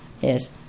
Yes